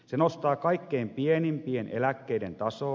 se nostaa kaikkein pienimpien eläkkeiden tasoa